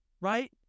right